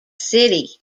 city